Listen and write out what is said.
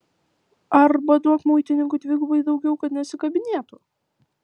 arba duok muitininkui dvigubai daugiau kad nesikabinėtų